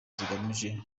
zigamije